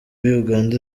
uganda